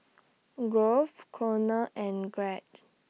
Grove Konner and Gregg